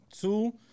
two